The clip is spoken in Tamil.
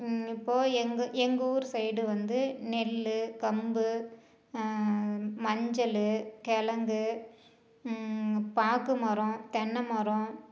இப்போது எங்கள் எங்கள் ஊரு சைடு வந்து நெல்லு கம்பு மஞ்சள் கிழங்கு பாக்கு மரம் தென்னை மரம்